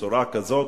בצורה כזאת,